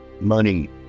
money